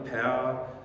power